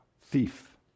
thief